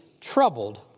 troubled